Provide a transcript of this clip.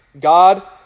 God